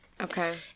Okay